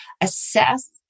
assess